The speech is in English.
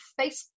Facebook